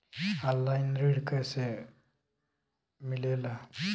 Online ऋण कैसे मिले ला?